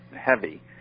heavy